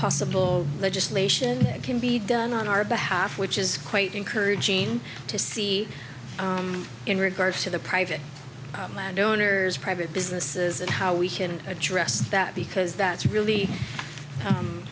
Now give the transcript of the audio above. possible legislation that can be done on our behalf which is quite encouraging to see in regards to the private landowners private businesses and how we can address that because that's really